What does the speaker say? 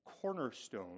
cornerstone